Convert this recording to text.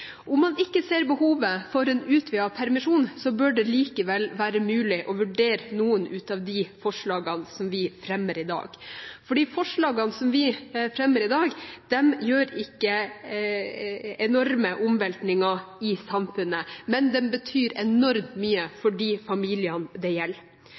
Om man ikke ser behovet for en utvidet permisjon, bør det likevel være mulig å vurdere noen av de forslagene som vi fremmer i dag, for de forslagene som vi fremmer i dag, gjør ikke enorme omveltninger i samfunnet, men de betyr enormt mye for de familiene det gjelder.